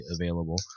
available